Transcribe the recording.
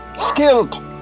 skilled